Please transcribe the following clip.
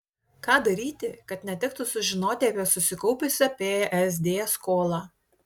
ką daryti kad netektų sužinoti apie susikaupusią psd skolą